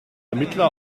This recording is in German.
ermittler